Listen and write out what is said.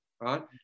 right